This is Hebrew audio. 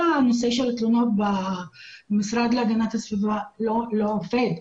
כל הנושא של התלונות במשרד להגנת הסביבה לא עובד.